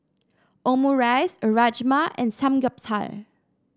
Omurice Rajma and Samgyeopsal